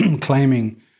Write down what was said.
claiming